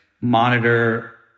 monitor